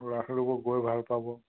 ল'ৰা ছোৱালীবোৰ গৈ ভাল পাব